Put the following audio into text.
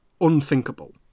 unthinkable